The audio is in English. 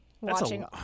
watching